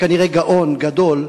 שכנראה הוא גאון גדול,